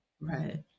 Right